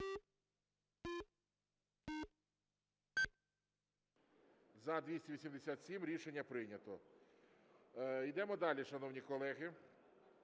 За-287 Рішення прийнято. Йдемо далі, шановні колеги.